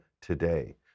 today